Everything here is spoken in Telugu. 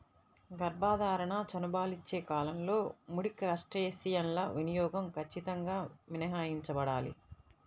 గర్భధారణ, చనుబాలిచ్చే కాలంలో ముడి క్రస్టేసియన్ల వినియోగం ఖచ్చితంగా మినహాయించబడాలి